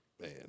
Man